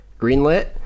Greenlit